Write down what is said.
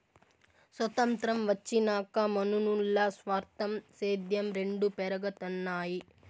సొతంత్రం వచ్చినాక మనునుల్ల స్వార్థం, సేద్యం రెండు పెరగతన్నాయి